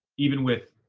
even with,